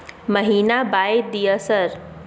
महीना बाय दिय सर?